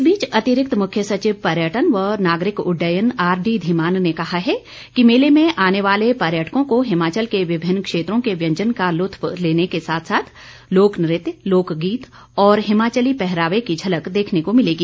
इस बीच अतिरिक्त मुख्य सचिव पर्यटन व नागरिक उड्डयन आर डी धीमान ने कहा है कि मेले में आने वाले पर्यटकों को हिमाचल के विभिन्न क्षेत्रों के व्यंजन का लुत्फ लेने के साथ साथ लोक नृत्य लोक गीत और हिमाचली पहरावे की झलक देखने को मिलेगी